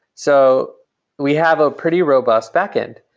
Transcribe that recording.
so we have a pretty robust backend.